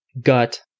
gut